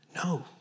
no